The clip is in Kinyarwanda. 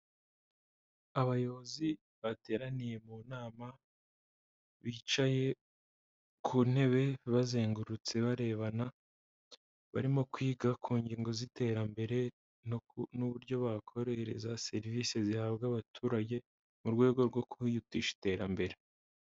Abayobozi bateraniye mu nama, bicaye ku ntebe bazengurutse barebana, barimo kwiga ku ngingo z'iterambere n'uburyo bakorohereza serivise zihabwa abaturage mu rwego rwo kwihutisha iterambere.